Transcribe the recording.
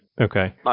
Okay